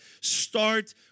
start